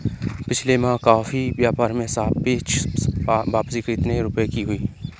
पिछले माह कॉफी व्यापार में सापेक्ष वापसी कितने रुपए की हुई?